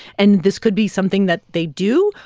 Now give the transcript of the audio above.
and this could be something that they do.